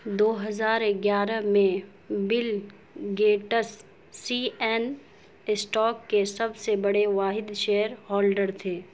دو ہزار گیارہ میں Bill Gates C N stock کے سب سے بڑے واحد شیئر ہولڈر تھے